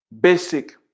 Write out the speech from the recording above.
basic